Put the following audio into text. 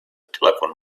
telephone